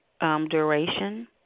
duration